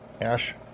ash